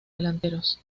delanteros